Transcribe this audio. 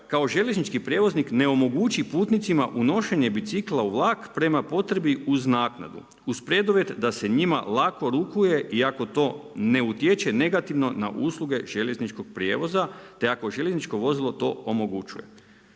„Kao željeznički prijevoznik ne omogući putnicima unošenje bicikla u vlak prema potrebi uz naknadu, uz preduvjet da se njima lako rukuje i ako to ne utječe negativno na usluge željezničkog prijevoza, te ako željezničko vozilo to omogućuje.“